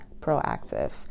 proactive